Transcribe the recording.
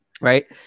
Right